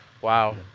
Wow